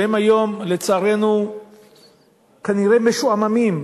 שהם היום לצערנו כנראה משועממים,